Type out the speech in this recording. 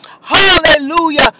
hallelujah